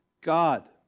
God